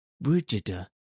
brigida